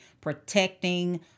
protecting